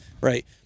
right